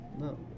No